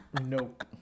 nope